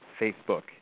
Facebook